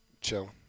Chill